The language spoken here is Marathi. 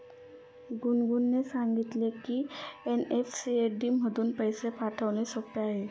गुनगुनने सांगितले की एन.ई.एफ.टी मधून पैसे पाठवणे सोपे आहे